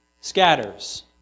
scatters